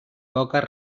poques